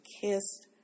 kissed